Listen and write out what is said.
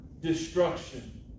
destruction